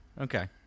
Okay